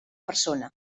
persona